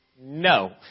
No